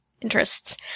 interests